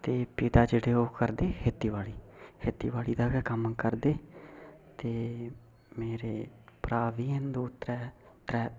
ते पिता जेह्ड़े ओह् करदे खेती बाड़ी खेती बाड़ी दा गै कम्म करदे ते मेरे भ्राऽ बी है'न दौं त्रैऽ त्रैऽ